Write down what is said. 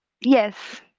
Yes